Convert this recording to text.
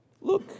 Look